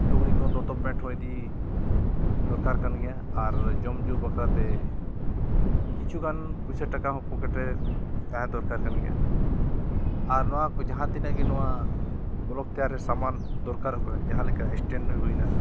ᱞᱩᱜᱽᱲᱤ ᱠᱚᱦᱚᱸ ᱫᱚᱛᱚ ᱯᱮᱱᱴ ᱦᱚᱸ ᱤᱫᱤ ᱫᱚᱨᱠᱟᱨ ᱠᱟᱱ ᱜᱮᱭᱟ ᱟᱨ ᱡᱚᱢ ᱧᱩ ᱵᱟᱠᱷᱨᱟᱛᱮ ᱠᱤᱪᱷᱩ ᱜᱟᱱ ᱯᱚᱭᱥᱟ ᱴᱟᱠᱟ ᱦᱚᱸ ᱯᱚᱠᱮᱴ ᱨᱮ ᱛᱟᱦᱮᱸ ᱫᱚᱨᱠᱟᱨ ᱠᱟᱱ ᱜᱮᱭᱟ ᱟᱨ ᱱᱚᱣᱟ ᱠᱚ ᱡᱟᱦᱟᱸ ᱛᱤᱱᱟᱹᱜ ᱜᱮ ᱱᱚᱣᱟ ᱵᱞᱚᱜᱽ ᱛᱮᱭᱟᱨᱤ ᱥᱟᱢᱟᱱ ᱫᱚᱨᱠᱟᱨᱚᱜ ᱠᱟᱱᱟ ᱡᱟᱦᱟᱸ ᱞᱮᱠᱟ ᱥᱴᱮᱱᱰ ᱦᱩᱭᱱᱟ